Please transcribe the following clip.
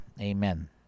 Amen